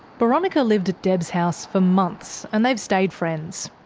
boronika lived at deb's house for months and they've stayed friends.